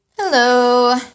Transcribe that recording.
Hello